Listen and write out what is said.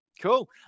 Cool